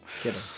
Kidding